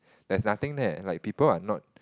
there's nothing there like people are not